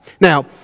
Now